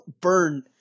burn